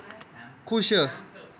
खुश